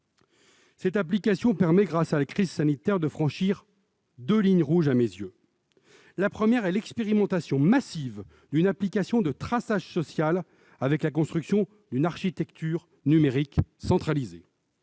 cette application nous fait à mes yeux franchir deux lignes rouges. La première est l'expérimentation massive d'une application de traçage social avec la construction d'une architecture numérique centralisée.